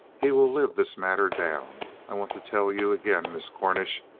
he will live this matter down. i want to tell you again, miss cornish,